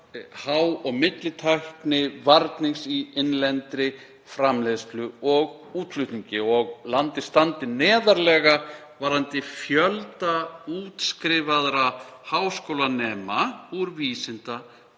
há- og millitæknivarnings í innlendri framleiðslu og útflutningi og landið standi neðarlega varðandi fjölda útskrifaðra háskólanema úr vísinda-